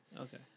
okay